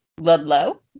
Ludlow